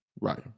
right